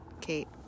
Kate